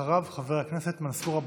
אחריו, חבר הכנסת מנסור עבאס.